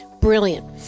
Brilliant